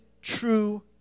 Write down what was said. true